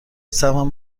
سهمم